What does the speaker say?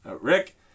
Rick